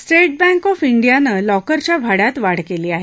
state Bank of इंडियानं लॉकरच्या भाड्यात वाढ केली आहे